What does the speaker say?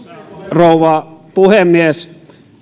rouva puhemies